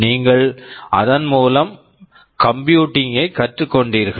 நீங்கள் அதன் மூலம் கம்ப்யூட்டிங் computing ஐ கற்றுக்கொண்டீர்கள்